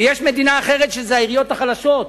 ויש מדינה אחרת שאלה העיריות החלשות.